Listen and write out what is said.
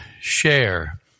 share